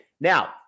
Now